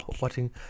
watching